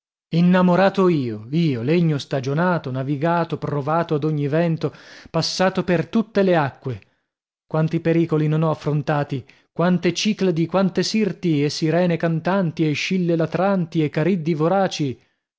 innamorato io io legno stagionato navigato provato ad ogni vento passato per tutte le acque quanti pericoli non ho affrontati quante cicladi quante sirti e sirene cantanti e scille latranti e cariddi voraci